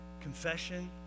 Confession